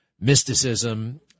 mysticism